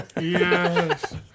Yes